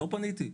לא פניתי.